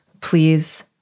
Please